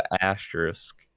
asterisk